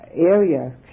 area